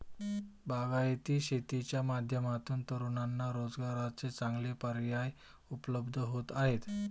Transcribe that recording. बागायती शेतीच्या माध्यमातून तरुणांना रोजगाराचे चांगले पर्याय उपलब्ध होत आहेत